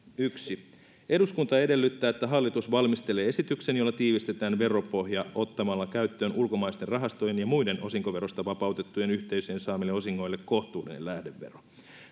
yksi eduskunta edellyttää että hallitus valmistelee esityksen jolla tiivistetään veropohjaa ottamalla käyttöön ulkomaisten rahastojen ja muiden osinkoveroista vapautettujen yhteisöjen saamille osingoille kohtuullinen lähdevero